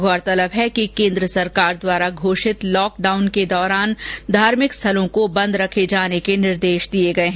गौरतलब है कि केन्द्र सरकार द्वारा घोषित लॉकडाउन के दौरान भी धार्मिक स्थलों को बंद रखे जाने के निर्देश दिए गए है